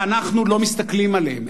אנחנו לא מסתכלים עליהם,